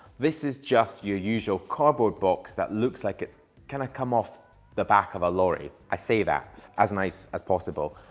this is just your usual cardboard box that looks, like it's kind of come off the back of a lorry. i say that as nice as possible.